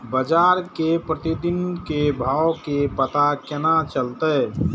बजार के प्रतिदिन के भाव के पता केना चलते?